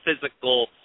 physical